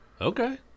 Okay